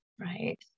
right